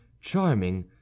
charming